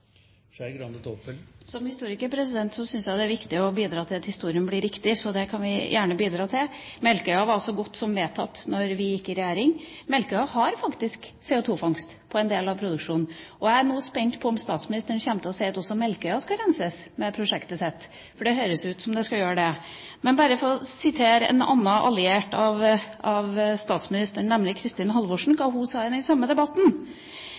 historiker syns jeg det er viktig å bidra til at historien blir riktig, så det kan vi gjerne bidra til. Melkøya var så godt som vedtatt da vi gikk i regjering. Melkøya har faktisk CO2-fangst på en del av produksjonen, og jeg er nå spent på om statsministeren kommer til å si at også Melkøya skal renses med prosjektet hans, for det høres ut som om det skal det. Men for å sitere en alliert av statsministeren, nemlig Kristin Halvorsen, hva hun sa i den samme debatten: